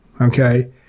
okay